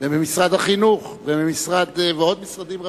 וממשרד החינוך ועוד ממשרדים רבים.